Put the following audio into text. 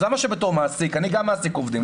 גם אני מעסיק עובדים,